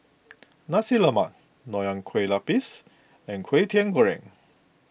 Nasi Lemak Nonya Kueh Lapis and Kwetiau Goreng